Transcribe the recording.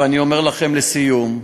ואני אומר לכם לסיום: